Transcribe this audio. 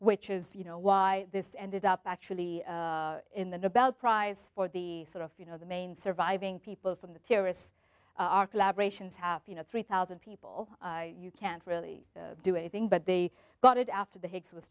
which is you know why this ended up actually in the nobel prize for the sort of you know the main surviving people from the theorists are collaboration's half you know three thousand people you can't really do anything but they got it after the higgs was